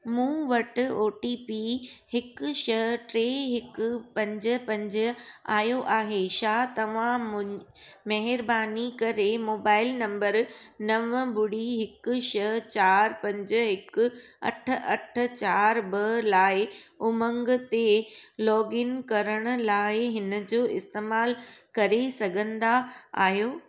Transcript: मूं वटि O T P हिकु छह टे हिकु पंज पंज आयो आहे छा तव्हां मुं महिरबानी करे मोबाइल नंबर नव ॿुड़ी हिकु छह चार पंज हिक अठ अठ चारि ॿ लाइ उमंग ते लोगइन करण लाइ हिनजो इस्तेमालु करे सघंदा आहियो